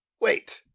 Wait